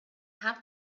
have